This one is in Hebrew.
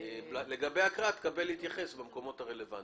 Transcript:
שאז תוכל להתייחס במקומות הרלוונטיים.